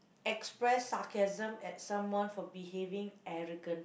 express sarcasm at someone for behaving arrogant